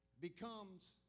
becomes